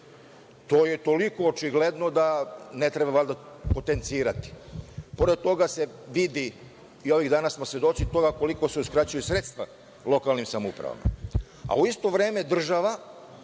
To je toliko očigledno da ne treba valjda potencirati. Pored toga se vidi, a i svedoci smo toga ovih dana koliko se uskraćuju sredstva lokalnim samoupravama,